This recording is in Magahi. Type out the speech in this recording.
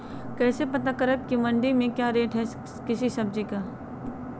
कैसे पता करब की मंडी में क्या रेट है किसी सब्जी का?